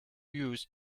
use